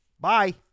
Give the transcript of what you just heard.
Bye